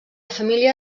família